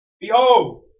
Behold